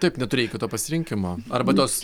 taip neturėjai kito pasirinkimo arba tos